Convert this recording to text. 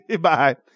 Bye